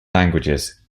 languages